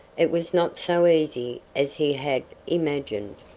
it was not so easy as he had imagined.